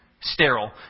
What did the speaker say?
sterile